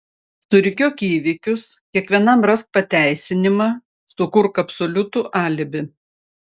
surikiuok įvykius kiekvienam rask pateisinimą sukurk absoliutų alibi